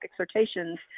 exhortations